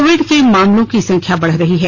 Covid के मामलों की संख्या बढ़ रही है